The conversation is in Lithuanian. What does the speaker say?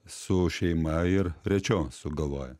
su šeima ir rečiau sugalvoja